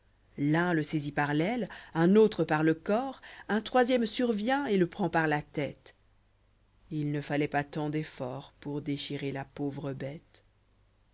l'un le saisit par l'aile un autre par le corps un troisième survient et le prend parla tête i il ne falloit pas tant d'efforts pour déchirer la pauvre bête